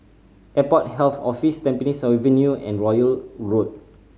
Airport Health Office Tampines Avenue and Royal Road